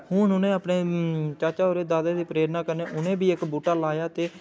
हून उ'नें अपने हून चाचा होरें दादा दी प्ररेना कन्नै उ'नें बी इक बूह्टा लाया ते